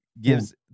gives